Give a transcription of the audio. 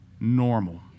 normal